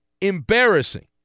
embarrassing